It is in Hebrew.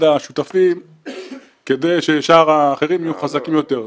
השותפים כדי ששאר האחרים יהיו חזקים יותר.